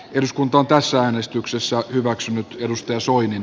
eduskunta tässä äänestyksessä hyväksynyt ennuste osui